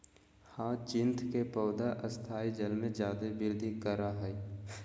hyacinth के पौधा स्थायी जल में जादे वृद्धि करा हइ